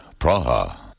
Praha